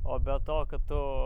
o be to kad tu